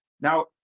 Now